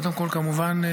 קודם כול, כמובן,